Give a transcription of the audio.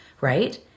right